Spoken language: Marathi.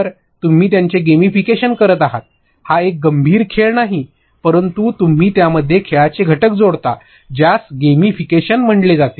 तर तुम्ही त्याचे गेमीफिकेशन करत आहात हा एक गंभीर खेळ नाही परंतु तुम्ही त्यामध्ये खेळाचे घटक जोडता ज्यास गेमीफिकेशन म्हटले जाते